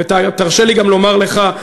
ותרשה לי גם לומר לך,